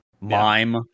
Mime